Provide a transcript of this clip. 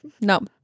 No